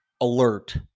alert